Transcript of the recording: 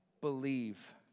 Believe